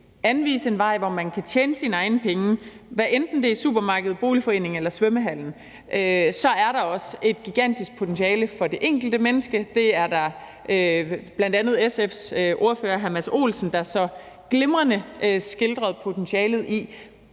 anvise en vej, hvor man kan tjene sine egne penge, hvad enten det er i supermarkedet, boligforeningen eller svømmehallen, så er der også et gigantisk potentiale for det enkelte menneske – det har bl.a. SF's ordfører, hr. Mads Olsen, også så glimrende skildret – men det er